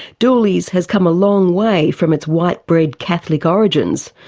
dooleys has come a long way from its white-bread catholic origins.